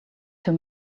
too